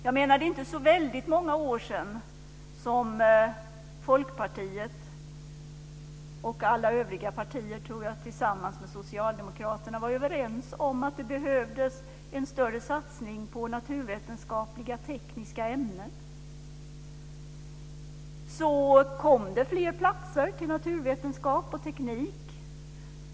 Det är inte så väldigt många år sedan som Folkpartiet och alla övriga partier tillsammans med Socialdemokraterna var överens om att det behövdes en större satsning på naturvetenskapliga-tekniska ämnen. Så kom det fler platser till naturvetenskap och teknik.